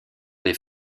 des